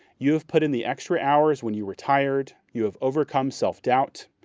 you have put in the extra hours when you were tired. you have overcome self-doubt.